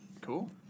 Cool